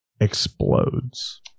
Explodes